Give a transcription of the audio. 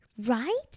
right